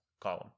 column